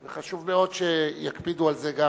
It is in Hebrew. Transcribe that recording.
וחשוב מאוד שיקפידו גם על זה.